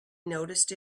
noticed